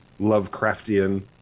Lovecraftian